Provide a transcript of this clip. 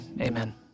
amen